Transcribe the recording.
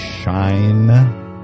Shine